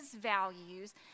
values